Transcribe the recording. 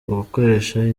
ugukoresha